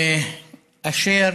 לאשר